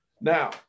Now